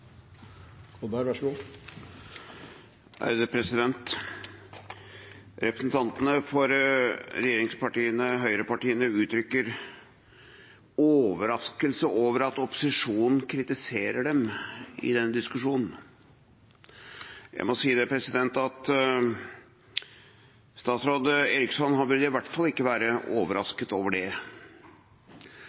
Representantene for regjeringspartiene, høyrepartiene, uttrykker overraskelse over at opposisjonen kritiserer dem i denne diskusjonen. Jeg må si at statsråd Eriksson burde i hvert fall ikke være overrasket over det.